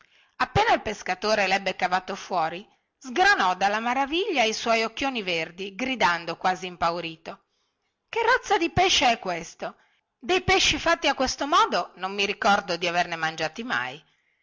appena il pescatore lebbe cavato fuori sgranò dalla maraviglia i suoi occhioni verdi gridando quasi impaurito che razza di pesce è questo dei pesci fatti a questo modo non mi ricordo di averne mai mangiati e